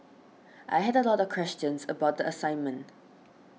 I had a lot of questions about the assignment